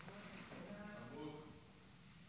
חוק התוכנית לסיוע כלכלי (הוראת שעה,